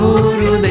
Guru